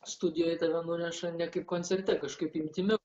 studijoj tave nuneša ne kaip koncerte kažkaip imtimi